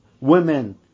women